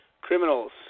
criminals